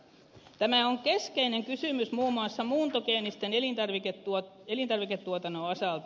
tämä on keskeinen kysymys muun muassa muuntogeenisen elintarviketuotannon osalta